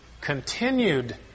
continued